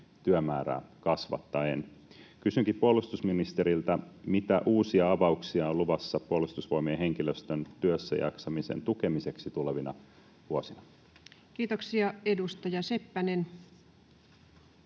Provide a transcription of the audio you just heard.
työmäärää kasvattaen. Kysynkin puolustusministeriltä: mitä uusia avauksia on luvassa Puolustusvoimien henkilöstön työssäjaksamisen tukemiseksi tulevina vuosina? Kiitoksia. — Edustaja Seppänen.